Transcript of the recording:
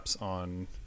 on